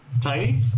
tiny